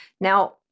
Now